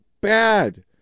bad